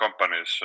companies